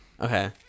okay